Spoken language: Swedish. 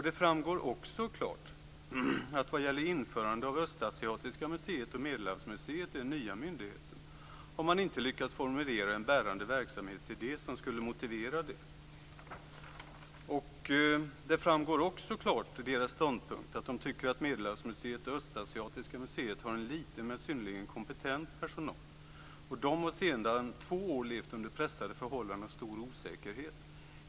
Det framgår också klart att man vad gäller införandet av Östasiatiska museet och Medelhavsmuseet i den nya myndigheten inte har lyckats formulera en bärande verksamhetsidé som skulle motivera det. Vidare tycker man att Medelhavsmuseet och Östasiatiska museet har en liten men synnerligen kompetent personal. De har sedan två år levt under pressade förhållanden och stor osäkerhet.